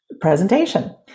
presentation